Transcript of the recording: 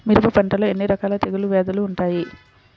మిరప పంటలో ఎన్ని రకాల తెగులు వ్యాధులు వుంటాయి?